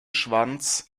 schwanz